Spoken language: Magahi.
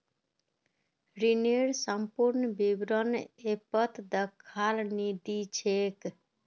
ऋनेर संपूर्ण विवरण ऐपत दखाल नी दी छेक